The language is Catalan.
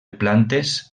plantes